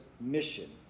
mission